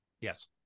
Yes